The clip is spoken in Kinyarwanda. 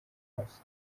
maso